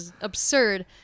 absurd